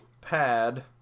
pad